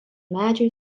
medžiai